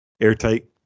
airtight